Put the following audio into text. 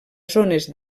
zones